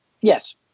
Yes